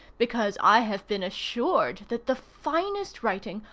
because i have been assured that the finest writing,